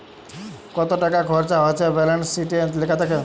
কত টাকা খরচা হচ্যে ব্যালান্স শিটে লেখা থাক্যে